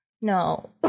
no